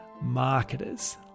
marketers